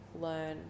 learn